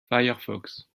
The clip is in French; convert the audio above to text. firefox